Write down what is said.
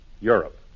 Europe